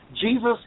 Jesus